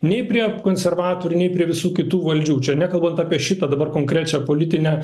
nei prie konservatorių nei prie visų kitų valdžių čia nekalbant apie šitą dabar konkrečią politinę